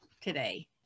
today